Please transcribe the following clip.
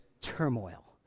turmoil